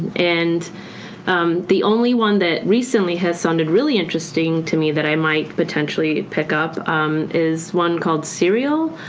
and um the only one that recently has sounded really interesting to me that i might, potentially pick up um is one called serial,